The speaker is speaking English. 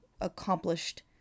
accomplished